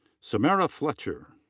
samara fletcher.